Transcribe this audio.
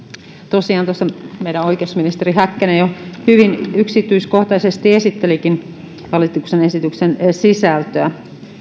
tosiaan tuossa meidän oikeusministeri häkkänen jo hyvin yksityiskohtaisesti esittelikin hallituksen esityksen sisältöä